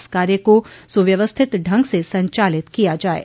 इस कार्य को सुव्यवस्थित ढंग से संचालित किया जाये